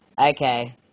Okay